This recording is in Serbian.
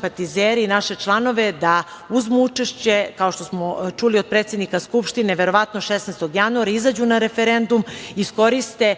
simpatizere, sve naše članove da uzmu učešće, kao što smo čuli od predsednika Skupštine, verovatno 16. januara, izađu na referendum, iskoriste